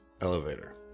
elevator